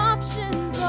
Options